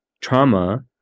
trauma